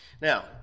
Now